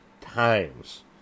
times